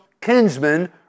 kinsman